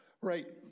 right